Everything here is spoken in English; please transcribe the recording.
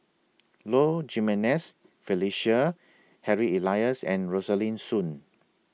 Low Jimenez Felicia Harry Elias and Rosaline Soon